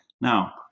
Now